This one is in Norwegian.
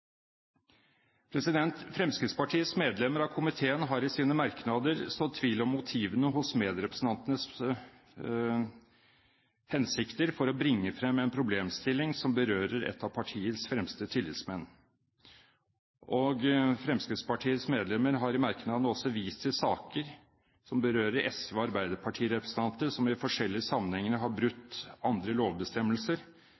Fremskrittspartiets medlemmer av komiteen har i sine merknader sådd tvil om motivene hos medrepresentantenes hensikter med å bringe frem en problemstilling som berører et av partiets fremste tillitsmenn. Fremskrittspartiets medlemmer har i merknadene også vist til saker som berører SV- og arbeiderpartirepresentanter som i forskjellige sammenhenger har